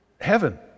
heaven